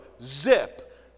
Zip